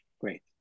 Great